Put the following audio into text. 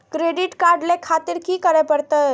Credit card ले खातिर की करें परतें?